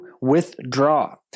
withdraw